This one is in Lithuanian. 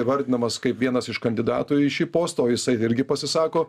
įvardinamas kaip vienas iš kandidatų į šį postą o jisai irgi pasisako